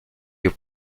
your